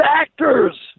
actors